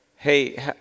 Hey